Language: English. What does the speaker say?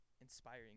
inspiring